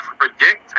predict